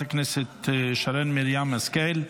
חברת הכנסת שרן מרים השכל.